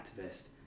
activist